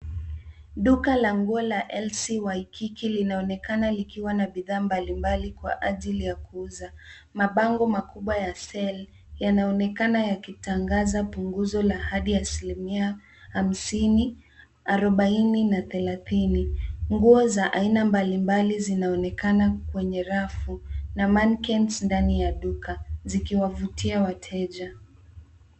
Duka la nguo la LC Waikiki linaonekana likiwa na bidhaa mbali mbali kwa ajili ya kuuza. Mabango makubwa za Sale yanaonekana yakitangaza punguzo la hadi asilimia hamsini, arubaini na thalatini. Nguo za aina mbali mbali zinaonekana kwenye rafu na Manequin ndani ya duka zikiwafutia wateja.